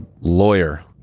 lawyer